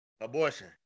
abortion